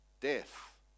death